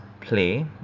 play